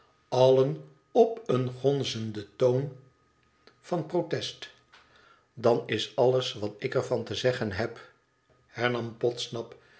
allen op een gonzenden toon van protest dan is alles wat ik er van te zeggen heb hernam podsnap